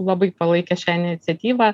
labai palaikė šią iniciatyvą